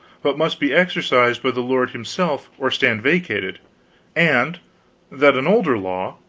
but must be exercised by the lord himself or stand vacated and that an older law,